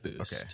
Okay